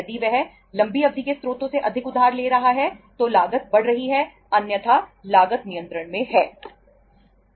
यदि वह लंबी अवधि के स्रोतों से अधिक उधार ले रहा है तो लागत बढ़ रही है अन्यथा लागत नियंत्रण में है